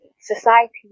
society